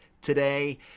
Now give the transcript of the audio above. today